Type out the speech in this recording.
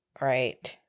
Right